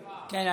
כן.